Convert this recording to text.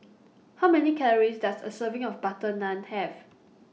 How Many Calories Does A Serving of Butter Naan Have